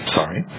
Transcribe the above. sorry